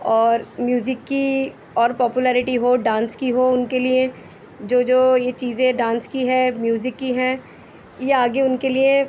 اور میوزک کی اور پاپلارٹی ہو ڈانس کی ہو ان کے لئے جو جو یہ چیزیں ڈانس کی ہے میوزک کی ہے یہ آگے ان کے لئے